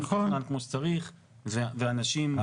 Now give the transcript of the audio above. יהיה מתוכנן כמו שצריך ואנשים --- נכון.